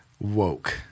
Woke